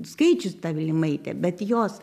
skaičius ta vilimaitę bet jos